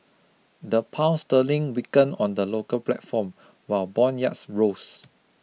the Pound sterling weakened on the local platform while bond yields rose